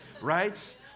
right